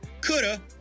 coulda